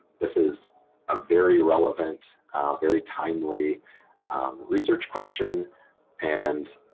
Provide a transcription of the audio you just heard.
this is a very relevant very timely research question and